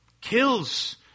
kills